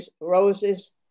roses